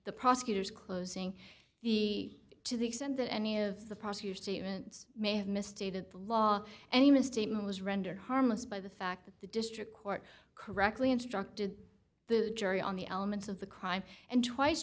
the prosecutor's closing the to the extent that any of the prosecution statements may have misstated the law and the misstatement was rendered harmless by the fact that the district court correctly instructed the jury on the elements of the crime and twice